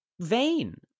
vain